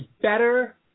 better